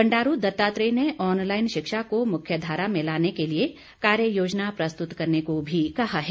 बंडारू दत्तात्रेय ने ऑनलाईन शिक्षा को मुख्य धारा में लाने के लिए कार्य योजना प्रस्तुत करने को भी कहा है